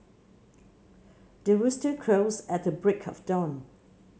the rooster crows at the break of dawn